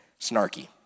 snarky